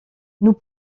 nous